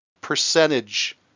percentage